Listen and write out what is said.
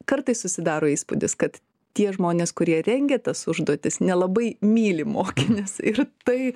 kartais susidaro įspūdis kad tie žmonės kurie rengia tas užduotis nelabai myli mokinius ir tai